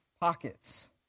pockets